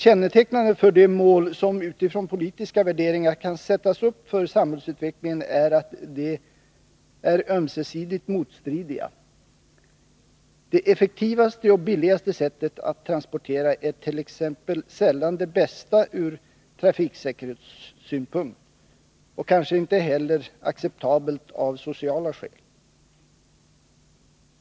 Kännetecknande för de mål som utifrån politiska värderingar kan sättas upp för samhällsutvecklingen är att de är ömsesidigt motstridiga. Det effektivaste och billigaste sättet att transportera är t.ex. sällan det bästa ur trafiksäkerhetssynpunkt och kanske inte heller acceptabelt av sociala skäl.